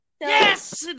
Yes